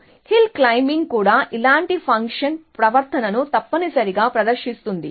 hill climbing కూడా ఇలాంటి fashion ప్రవర్తనను తప్పనిసరిగా ప్రదర్శిస్తుంది